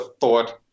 thought